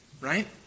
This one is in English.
right